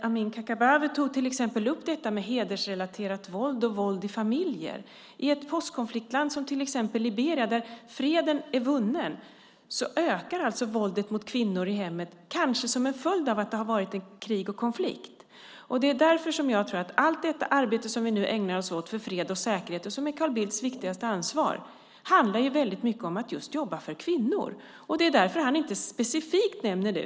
Amineh Kakabaveh tog till exempel upp detta med hedersrelaterat våld och våld i familjer. I ett postkonfliktland som till exempel Liberia, där freden är vunnen, ökar våldet mot kvinnor i hemmet, kanske som en följd av att det har varit krig och konflikt. Allt det arbete som vi nu ägnar oss åt för fred och säkerhet, och som är Carl Bildts viktigaste ansvar, handlar väldigt mycket om att just jobba för kvinnor. Det är därför han inte specifikt nämner det.